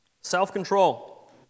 Self-control